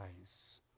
eyes